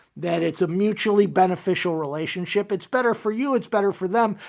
that it's a mutually beneficial relationship, it's better for you, it's better for them,